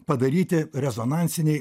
padaryti rezonansiniai